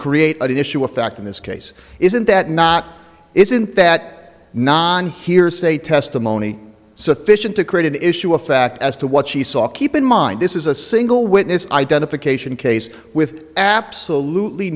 create an issue of fact in this case isn't that not isn't that non hearsay testimony sufficient to create an issue of fact as to what she saw keep in mind this is a single witness identification case with absolutely